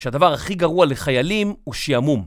שהדבר הכי גרוע לחיילים, הוא שיעמום.